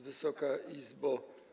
Wysoka Izbo!